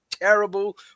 terrible